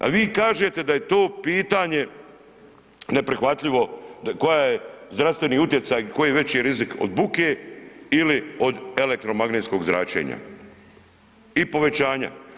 A vi kažete da je to pitanje neprihvatljivo koji je zdravstveni utjecaj koji je veći rizik od buke ili od elektromagnetskog zračenja i povećanja.